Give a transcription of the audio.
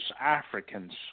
Africans